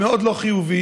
מאוד לא חיובי,